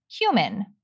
human